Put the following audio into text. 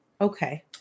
Okay